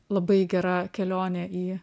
labai gera kelionė į